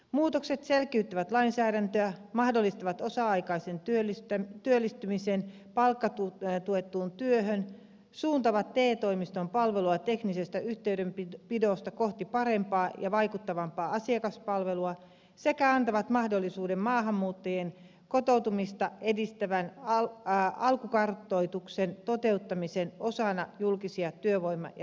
muutokset selkiyttävät lainsäädäntöä mahdollistavat osa aikaisen työllistymisen palkkatuettuun työhön suuntaavat te toimiston palvelua teknisestä yhteydenpidosta kohti parempaa ja vaikuttavampaa asiakaspalvelua sekä antavat mahdollisuuden maahanmuuttajien kotoutumista edistävän alkukartoituksen toteuttamiseen osana julkisia työvoima ja yrityspalveluita